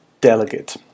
delegate